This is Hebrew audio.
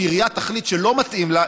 אם עירייה תחליט שלא מתאים לה,